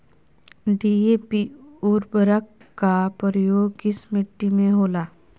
DAP उर्वरक का प्रयोग किस मिट्टी में होला?